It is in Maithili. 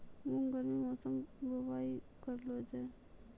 मूंग गर्मी मौसम बुवाई करलो जा?